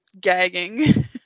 gagging